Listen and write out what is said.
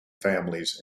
families